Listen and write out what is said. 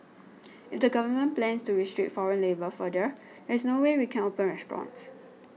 if the Government plans to restrict foreign labour further there is no way we can open restaurants